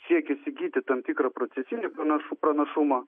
siekis įgyti tam tikrą procesinį būna pra pranašumą